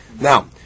Now